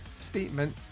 statement